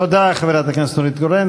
תודה לחברת הכנסת נורית קורן.